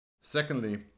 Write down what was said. Secondly